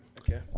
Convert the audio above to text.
Okay